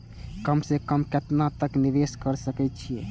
कम से कम केतना तक निवेश कर सके छी ए?